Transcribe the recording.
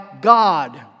God